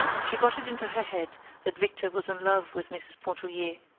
she got it into her head that victor was in love with mrs. pontellier,